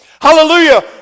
Hallelujah